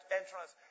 entrance